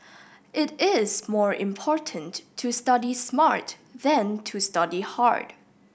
it is more important to study smart than to study hard